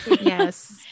Yes